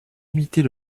limiter